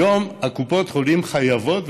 היום קופות החולים חייבות,